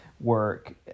work